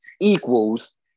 equals